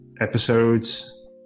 episodes